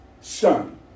son